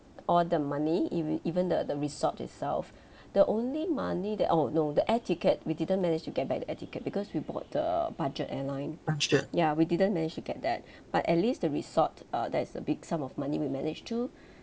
all the money if you even the the resort itself the only money that oh no the air ticket we didn't manage to get back the air ticket because we bought the budget airline ya we didn't manage to get that but at least the resort uh that's a big sum of money we manage to